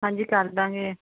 ਹਾਂਜੀ ਕਰਦਾਂਗੇ